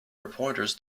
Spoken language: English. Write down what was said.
reporters